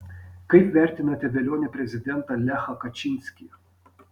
kaip vertinate velionį prezidentą lechą kačinskį